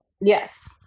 yes